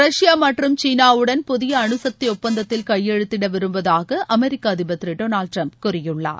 Russia மற்றும் சீனாவுடன் புதிய அணுசக்தி ஒப்பந்தத்தில் கையெழுத்திட விருப்புவதாக அமெரிக்க அதிபர் திரு டொனால்டு டிரம்ப் கூறியுள்ளார்